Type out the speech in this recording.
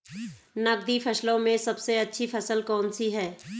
नकदी फसलों में सबसे अच्छी फसल कौन सी है?